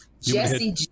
jesse